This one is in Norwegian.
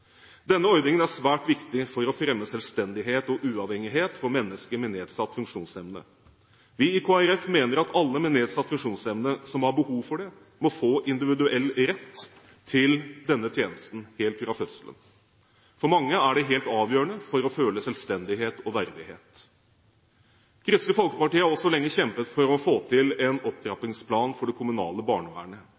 Denne ordningen er svært viktig for å fremme selvstendighet og uavhengighet for mennesker med nedsatt funksjonsevne. Vi i Kristelig Folkeparti mener at alle med nedsatt funksjonsevne, som har behov for det, må få individuell rett til denne tjenesten helt fra fødselen av. For mange er dette helt avgjørende for å føle selvstendighet og verdighet. Kristelig Folkeparti har også lenge kjempet for å få til en opptrappingsplan for det kommunale barnevernet.